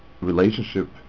relationship